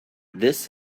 this